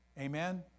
Amen